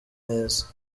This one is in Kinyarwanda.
neza